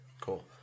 Cool